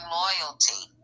loyalty